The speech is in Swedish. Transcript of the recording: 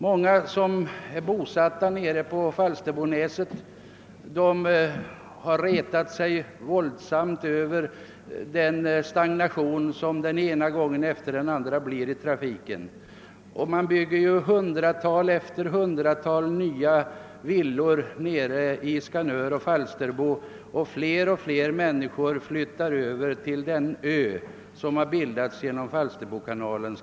Många som är bosatta på Falsterbonäset har retat sig våldsamt över den stagnation i trafiken som uppstår den ena gången efter den andra. Det byggs hundratals nya villor i Skanör och Falsterbo, och allt fler människor flyttar över till den ö som har bildats genom Falsterbokanalen.